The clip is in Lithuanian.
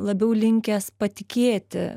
labiau linkęs patikėti